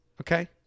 Okay